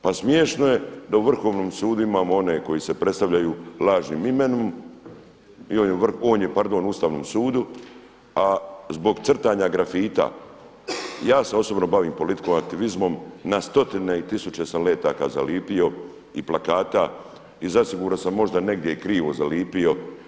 Pa smješno je da u Vrhovnom sudu imamo one koji se predstavljaju lažnim imenom i on je, pardon Ustavnom sudu, a zbog crtanja grafita, ja se osobno bavim politikom, aktivizmom, na stotine i tisuće sam letaka zalijepio i plakata i zasigurno sam možda negdje i krivo zalijepio.